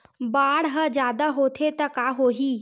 बाढ़ ह जादा होथे त का होही?